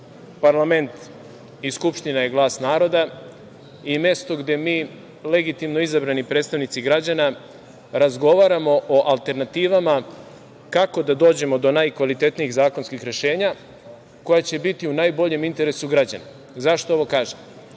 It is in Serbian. parlament i Skupština je glas naroda i mesto gde mi, legitimno izabrani predstavnici građana, razgovaramo o alternativama kako da dođemo do najkvalitetnijih zakonskih rešenja koja će biti u najboljem interesu građana. Zašto ovo kažem?